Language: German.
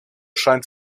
scheint